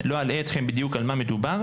לא אלאה אתכם בדיוק על מה מדובר.